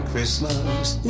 Christmas